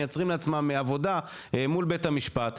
מייצרים לעצמם עבודה מול בית המשפט,